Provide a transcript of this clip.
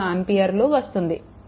143 ఆంపియర్లు వస్తుంది